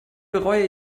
bereue